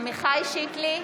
שיקלי,